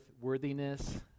worthiness